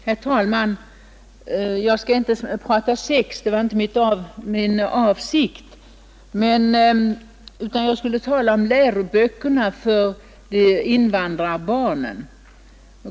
Herr talman! Jag skall inte prata sex — det var inte min avsikt — utan jag ämnar tala om läroböckerna för invandrarbarnen.